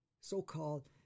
so-called